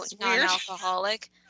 non-alcoholic